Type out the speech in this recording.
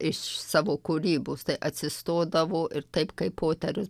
iš savo kūrybos tai atsistodavo ir taip kaip poterius